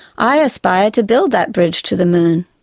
i aspire to build that bridge to the moon.